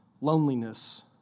loneliness